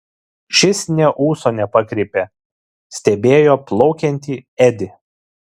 šis nė ūso nepakreipė stebėjo plaukiantį edį